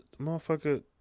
motherfucker